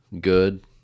good